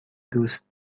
دوست